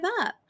up